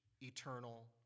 eternal